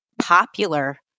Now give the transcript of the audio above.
popular